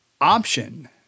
option